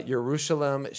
Jerusalem